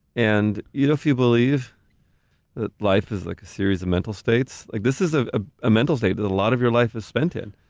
and you know, if you believe that life is like a series of mental states, like this is ah ah a mental state that a lot of your life is spent in.